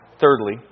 Thirdly